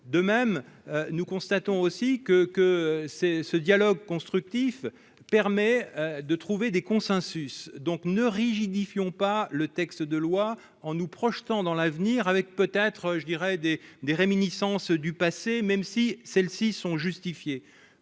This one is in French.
de même nous constatons aussi que que c'est ce dialogue constructif permet de trouver des consensus, donc ne rigidifie ont pas le texte de loi en nous projetant dans l'avenir, avec, peut-être, je dirais des des réminiscences du passé, même si celles-ci sont justifiées,